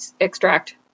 extract